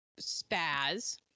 spaz